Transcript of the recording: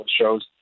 shows